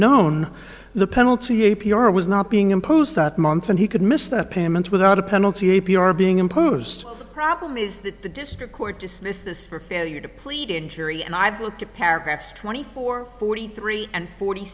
known the penalty a p r was not being imposed that month and he could miss that payment without a penalty a p r being imposed problem is that the district court dismissed this for failure to plead injury and i've looked at paragraphs twenty four forty three and forty